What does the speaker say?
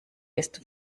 ist